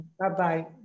Bye-bye